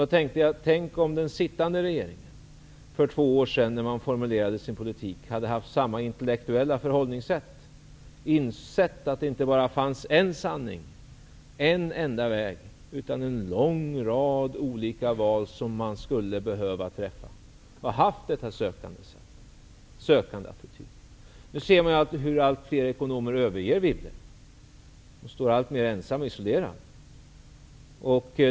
Då tänkte jag: Tänk, om den sittande regeringen för två år sedan, när den formulerade sin politik, hade haft samma intellektuella förhållningssätt, insett att det inte fanns bara en sanning, en enda väg, utan en lång rad olika val som man skulle behöva träffa, och haft denna sökande attityd. Nu ser vi hur allt fler ekonomer överger Wibble, som står alltmer ensam och isolerad.